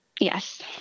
Yes